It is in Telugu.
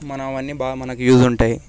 మనం అన్నీ బాగా మనకు యూజ్ ఉంటాయి